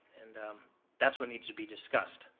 and that's what needs to be discussed.